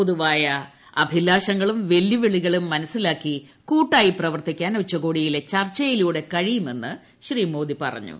പൊത്രൂപ്പായ അഭിലാഷങ്ങളും വെല്ലുവിളികളും മനസിലാക്കി കൂട്ടായി പ്രവർത്തിക്കാൻ ഉച്ചകോടിയിലെ ചർച്ചയിലൂടെ കൃഴിയുമെന്ന് ശ്രീ മോദി പറഞ്ഞു